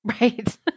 Right